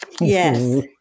yes